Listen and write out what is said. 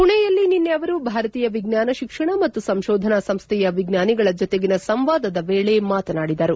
ಪುಣೆಯಲ್ಲಿ ನಿನ್ನೆ ಅವರು ಭಾರತೀಯ ವಿಜ್ಞಾನ ಶಿಕ್ಷಣ ಮತ್ತು ಸಂಶೋಧನಾ ಸಂಸ್ಥೆಯ ವಿಜ್ಞಾನಿಗಳ ಜತೆಗಿನ ಸಂವಾದದ ವೇಳೆ ಮಾತನಾಡಿದರು